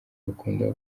bakunda